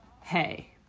hey